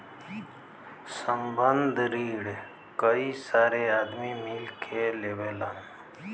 संबंद्ध रिन कई सारे आदमी मिल के लेवलन